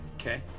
Okay